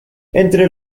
entre